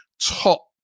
top